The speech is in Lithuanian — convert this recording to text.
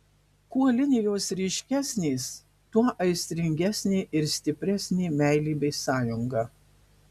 kuo linijos ryškesnės tuo aistringesnė ir stipresnė meilė bei sąjunga